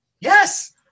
Yes